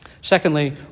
Secondly